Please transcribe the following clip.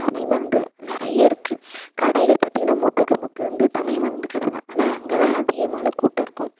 தமிழ் மருந்து நிறைய இருக்குது கடைகள் பார்த்தீங்கன்னா முக்குக்கு முக்கு வந்து தமிழ் மருந்து கடைதான் ஆனால் அங்கேதான் அதிகமான கூட்டம் இருக்கும்